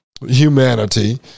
humanity